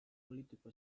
politiko